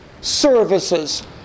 services